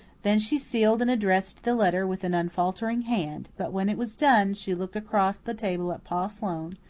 then she sealed and addressed the letter with an unfaltering hand but, when it was done, she looked across the table at pa sloane,